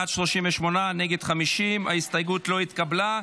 בעד, 38, נגד, 50. ההסתייגות לא התקבלה.